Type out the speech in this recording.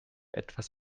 etwas